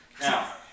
Now